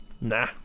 Nah